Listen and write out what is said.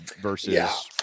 versus